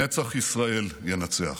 נצח ישראל ינצח.